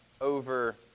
over